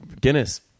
Guinness